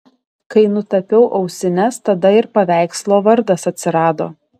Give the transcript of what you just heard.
kai nutapiau ausines tada ir paveikslo vardas atsirado